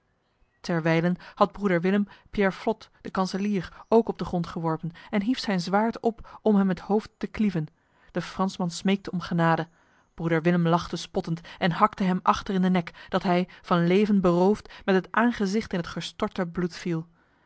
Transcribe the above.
terwijlen had broeder willem pierre flotte de kanselier ook op de grond geworpen en hief zijn zwaard op om hem het hoofd te klieven de fransman smeekte om genade broeder willem lachte spottend en hakte hem achter in de nek dat hij van leven beroofd met het aangezicht in het gestorte bloed viel